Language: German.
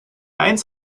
eins